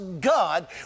God